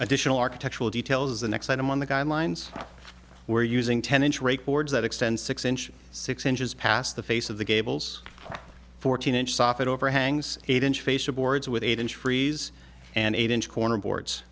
additional architectural details the next item on the guidelines where using ten inch rake boards that extend six inch six inches past the face of the gables fourteen inch soffit overhangs eight inch face of boards with eight inch freeze and eight inch corner boards